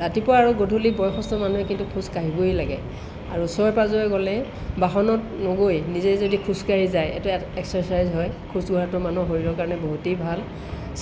ৰাতিপুৱা আৰু গধূলি বয়সস্থ মানুহে কিন্তু খোজ কাঢ়িবই লাগে আৰু ওচৰে পাঁজৰে গ'লে বাহনত নগৈ নিজে যদি খোজকাঢ়ি যায় এইটো এক্সাৰচাইজ হয় খোজকঢ়াটো মানুহৰ শৰীৰৰ কাৰণে বহুতেই ভাল